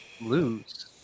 lose